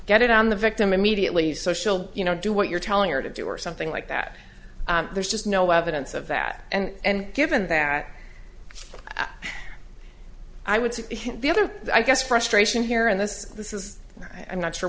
get it on the victim immediately social you know do what you're telling her to do or something like that there's just no evidence of that and given that i would say the other i guess frustration here in this this is i'm not sure